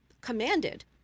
commanded